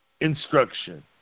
instruction